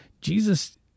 Jesus